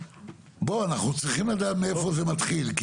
אנחנו צריכים לדעת מאיפה זה מתחיל.